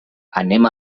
anem